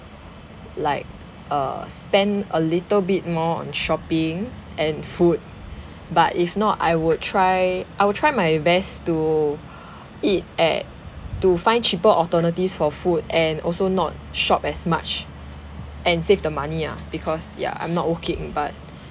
like err spend a little bit more on shopping and food but if not I would try I would try my best to eat at to find cheaper alternatives for food and also not shop as much and save the money ah because ya I'm not working but